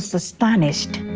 astonished.